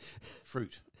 fruit